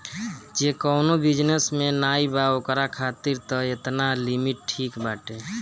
जे कवनो बिजनेस में नाइ बा ओकरा खातिर तअ एतना लिमिट ठीक बाटे